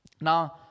Now